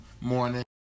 morning